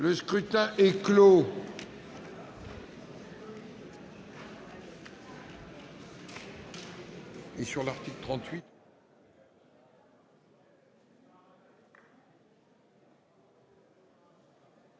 Le scrutin est clos.